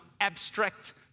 abstract